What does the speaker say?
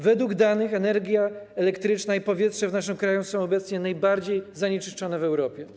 Według danych energia elektryczna i powietrze w naszym kraju są obecnie najbardziej zanieczyszczone w Europie.